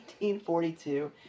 1842